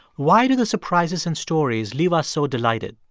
why do the surprises and stories leave us so delighted?